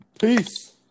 Peace